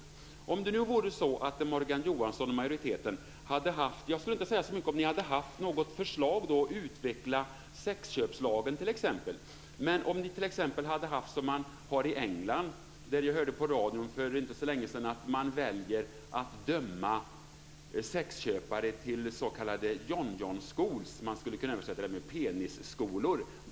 Jag skulle inte säga så mycket om Morgan Johansson och majoriteten t.ex. hade ett förslag om att utveckla sexköpslagen och hade föreslagit att man försökte få männen att ändra sig genom det som man har i England, och som jag hörde om på radio för inte så länge sedan, där man väljer att döma sexköpare till s.k. John-John-schools - man skulle kunna översätta det med penisskolor.